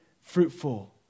fruitful